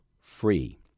free